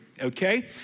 okay